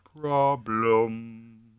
problem